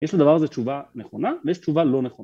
יש לדבר הזה תשובה נכונה ויש תשובה לא נכונה